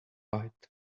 byte